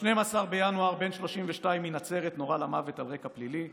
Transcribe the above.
ב-12 בינואר: בן 32 מנצרת נורה למוות על רקע פלילי.